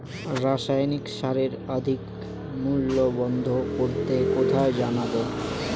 রাসায়নিক সারের অধিক মূল্য বন্ধ করতে কোথায় জানাবো?